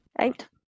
eight